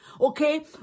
Okay